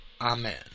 Amen